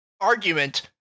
argument